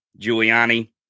Giuliani